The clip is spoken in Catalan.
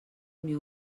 unió